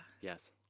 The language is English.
Yes